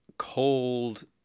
Cold